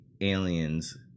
aliens